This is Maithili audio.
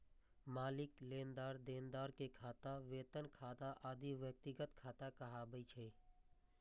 मालिक, लेनदार, देनदार के खाता, वेतन खाता आदि व्यक्तिगत खाता कहाबै छै